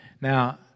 Now